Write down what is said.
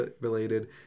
related